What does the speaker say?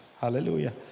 Hallelujah